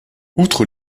outre